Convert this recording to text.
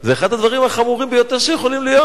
זה אחד הדברים החמורים ביותר שיכולים להיות.